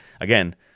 again